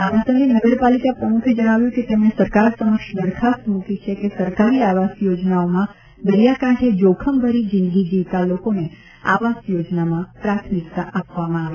આ પ્રસંગે નગરપાલિકા પ્રમુખે જણાવ્યું કે તેમણે સરકાર સમક્ષ દરખાસ્ત મૂકી છે કે સરકારી આવાસ યોજનાઓમાં દરિયાકાંઠે જોખમભરી જિંદગી જીવતા લોકોને આવાસ યોજનામાં પ્રાથમિકતા આપવામાં આવે